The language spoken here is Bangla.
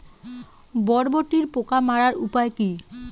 বরবটির পোকা মারার উপায় কি?